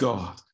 God